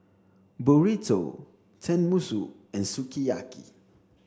burrito Tenmusu and sukiyaki